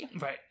Right